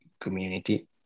community